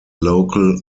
local